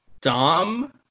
Dom